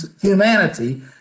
humanity